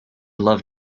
love